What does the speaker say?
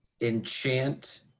enchant